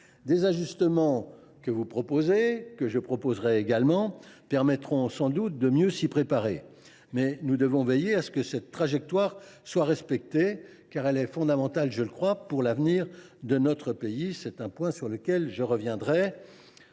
Les ajustements que vous suggérez ou que je proposerai permettront sans doute de mieux s’y préparer, mais nous devons veiller à ce que la trajectoire soit respectée, car elle est fondamentale, je le crois, pour l’avenir de notre pays. C’est un point sur lequel je reviendrai.